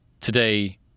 today